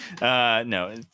no